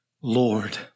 Lord